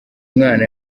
mwana